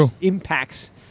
impacts